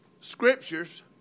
scriptures